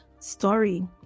story